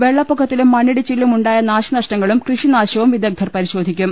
വെള്ളപ്പൊക്കത്തിലും മണ്ണിടിച്ചിലും ഉണ്ടായ നാശനഷ്ടങ്ങളും കൃഷി നാശവും വിദഗ്ദർ പരിശോധിക്കും